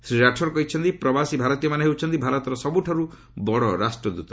ଶ୍ରୀ ରାଠୋର କହିଛନ୍ତି ପ୍ରବାସୀ ଭାରତୀୟମାନେ ହେଉଛନ୍ତି ଭାରତର ସବୁଠାରୁ ବଡ଼ ରାଷ୍ଟ୍ରଦୂତ